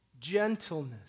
gentleness